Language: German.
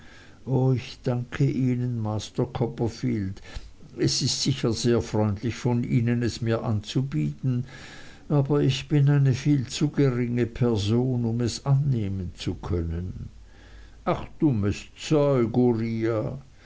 o ich danke ihnen master copperfield es ist sicher sehr freundlich von ihnen es mir anzubieten aber ich bin eine viel zu geringe person um es annehmen zu können aber dummes zeug